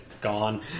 gone